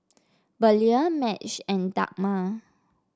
Belia Madge and Dagmar